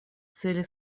цели